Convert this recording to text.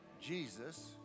Jesus